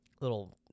little